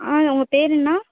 ஆ உங்கள் பேர் என்ன